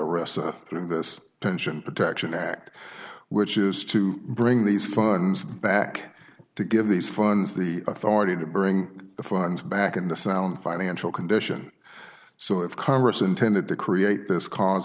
of this pension protection act which is to bring these funds back to give these funds the authority to bring the funds back in the sound financial condition so if congress intended to create this cause